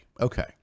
Okay